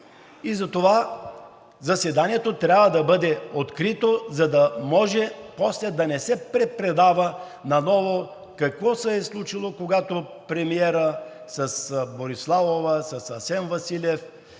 и затова заседанието трябва да бъде открито, за да може после да не се препредава наново какво се е случило – когато премиерът с Бориславова, с Асен Василев